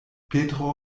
petro